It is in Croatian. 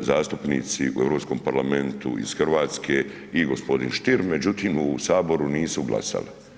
zastupnici u Europskom parlamentu iz Hrvatske i gospodin Stier, međutim u saboru nisu glasali.